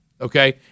Okay